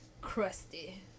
Crusty